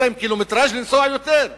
יש להם לנסוע יותר קילומטרז'.